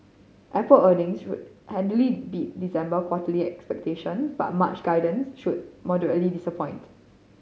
Apple earnings should handily beat December quarter expectation but March guidance should moderately disappoint